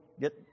get